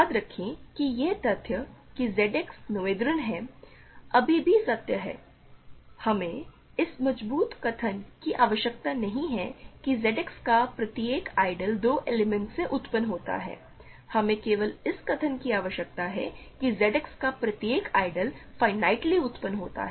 याद रखें कि यह तथ्य कि Z X नोएथेरियन है अभी भी सत्य है हमें इस मजबूत कथन की आवश्यकता नहीं है कि Z X का प्रत्येक आइडियल 2 एलिमेंट्स से उत्पन्न होता है हमें केवल इस कथन की आवश्यकता है कि Z X का प्रत्येक आइडियल फाइनाईटली उत्पन्न होता है